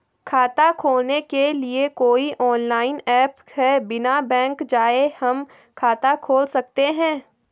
खाता खोलने के लिए कोई ऑनलाइन ऐप है बिना बैंक जाये हम खाता खोल सकते हैं?